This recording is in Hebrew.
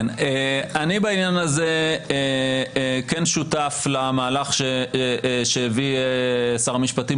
אני בעניין הזה כן שותף למהלך שהביא שר המשפטים